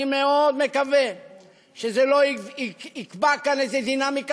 אני מאוד מקווה שזה לא יקבע לכאן דינמיקה